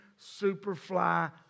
Superfly